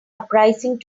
uprising